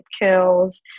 curls